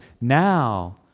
now